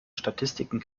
statistiken